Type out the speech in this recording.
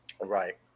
Right